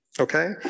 Okay